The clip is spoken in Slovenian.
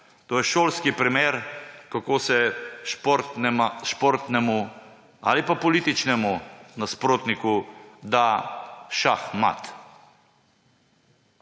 To je šolski primer, kako se športnemu ali pa političnemu nasprotniku da šah mat.